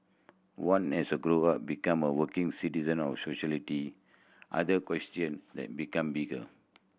one as a grow up become a working citizen of society other question then become bigger